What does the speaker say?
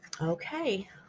Okay